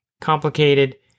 Complicated